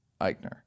Eichner